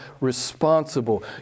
responsible